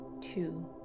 two